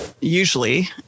usually